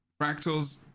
Fractals